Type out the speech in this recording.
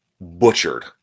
butchered